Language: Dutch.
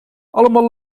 allemaal